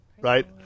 right